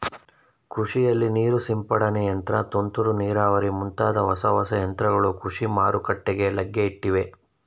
ಕೃಷಿಯಲ್ಲಿ ನೀರು ಸಿಂಪಡನೆ ಯಂತ್ರ, ತುಂತುರು ನೀರಾವರಿ ಮುಂತಾದ ಹೊಸ ಹೊಸ ಯಂತ್ರಗಳು ಕೃಷಿ ಮಾರುಕಟ್ಟೆಗೆ ಲಗ್ಗೆಯಿಟ್ಟಿವೆ